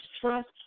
trust